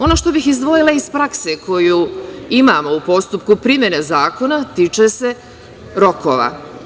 Ono što bih izdvojila iz prakse koju imamo u postupku primene zakona tiče se rokova.